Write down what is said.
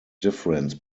difference